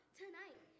tonight